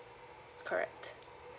correct